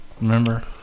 remember